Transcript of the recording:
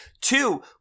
two